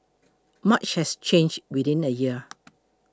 much has changed within a year